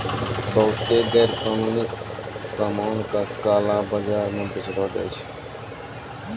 बहुते गैरकानूनी सामान का काला बाजार म बेचलो जाय छै